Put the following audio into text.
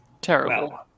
terrible